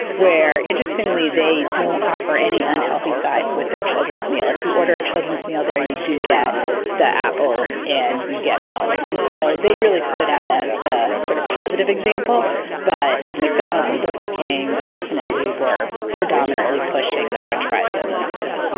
where interestingly they don't offer any unhealthy sides with their children's meal. if you order a children's meal there you do get the apples and you get milk. and so they really stood out as the sort of positive example but mcdonalds and burger king definitely were predominately pushing the french fries and the soda.